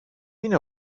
είναι